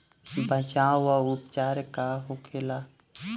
बचाव व उपचार का होखेला?